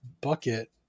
bucket